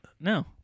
No